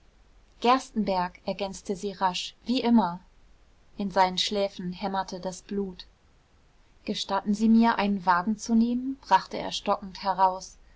gerstenbergk ergänzte sie rasch wie immer in seinen schläfen hämmerte das blut gestatten sie mir einen wagen zu nehmen brachte er stockend heraus